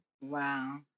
Wow